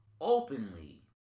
openly